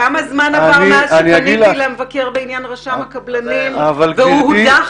כמה זמן עבר מאז שפניתי לרשם הקבלנים והוא הודח